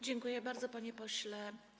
Dziękuję bardzo, panie pośle.